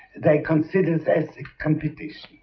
they consider that competition.